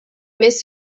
més